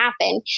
happen